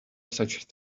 such